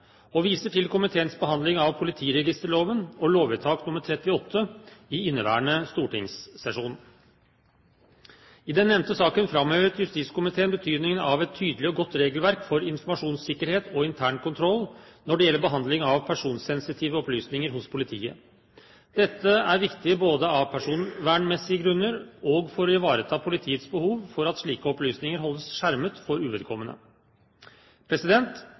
og viser til komiteens behandling av politiregisterloven og Lovvedtak 38 i inneværende stortingssesjon. I den nevnte saken framhevet justiskomiteen betydningen av et tydelig og godt regelverk for informasjonssikkerhet og internkontroll når det gjelder behandling av personsensitive opplysninger hos politiet. Dette er viktig både av personvernmessige grunner og for å ivareta politiets behov for at slike opplysninger holdes skjermet for uvedkommende.